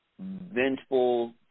vengeful